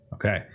Okay